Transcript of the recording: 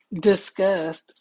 discussed